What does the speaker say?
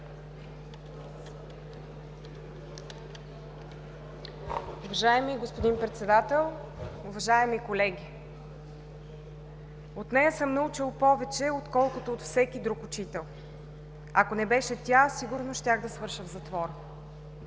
Уважаеми господин Председател, уважаеми колеги! „От нея съм научил повече, отколкото от всеки друг учител. Ако не беше тя, сигурно щях да свърша в затвора.“